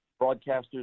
broadcasters